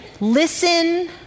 listen